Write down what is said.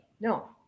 No